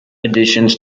additions